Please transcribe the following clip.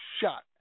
shot